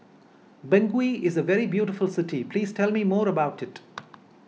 Bangui is a very beautiful city please tell me more about it